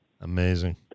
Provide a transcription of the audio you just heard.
Amazing